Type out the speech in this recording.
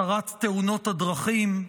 שרת תאונות הדרכים,